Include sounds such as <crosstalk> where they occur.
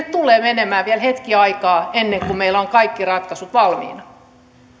<unintelligible> tulee menemään vielä hetki aikaa ennen kuin meillä on kaikki ratkaisut valmiina